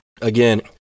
Again